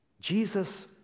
Jesus